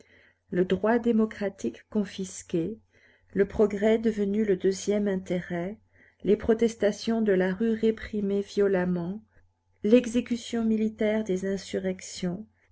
le droit démocratique confisqué le progrès devenu le deuxième intérêt les protestations de la rue réprimées violemment l'exécution militaire des insurrections